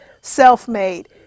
self-made